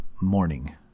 morning